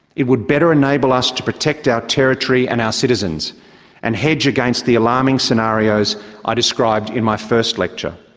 it would better enable us to protect our territory and our citizens and hedge against the alarming scenarios i described in my first lecture.